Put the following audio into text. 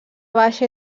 baixa